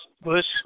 bush